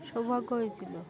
সৌভাগ্য হয়েছিল